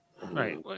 Right